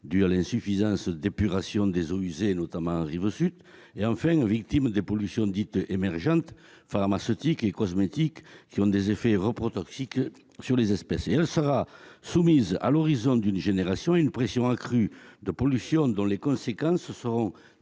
dues à l'insuffisante épuration des eaux usées, notamment sur la rive sud. Enfin, elle est victime des pollutions dites émergentes, pharmaceutiques et cosmétiques, qui ont des effets reprotoxiques sur les espèces. Elle sera soumise, à l'horizon d'une génération, à une pression accrue de pollutions, dont les conséquences seront démultipliées